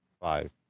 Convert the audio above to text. five